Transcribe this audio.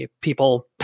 people